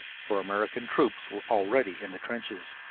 for american troops were already in the trenches.